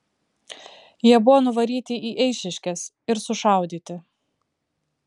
jie buvo nuvaryti į eišiškes ir sušaudyti